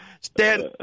Stand